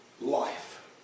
life